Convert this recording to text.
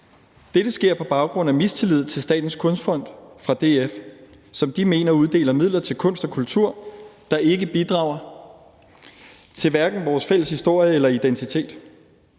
Dette sker på baggrund af mistillid fra DF's side til Statens Kunstfond, som DF mener uddeler midler til kunst og kultur, der ikke bidrager til hverken vores fælles historie eller identitet.